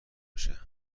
میشه